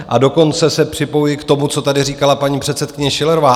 A dokonce se připojuji k tomu, co tady říkala paní předsedkyně Schillerová.